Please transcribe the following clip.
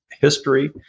history